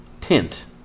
Tint